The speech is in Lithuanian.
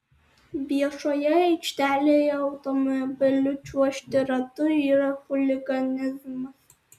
viešoje aikštelėje automobiliu čiuožti ratu yra chuliganizmas